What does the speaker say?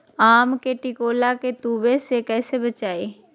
आम के टिकोला के तुवे से कैसे बचाई?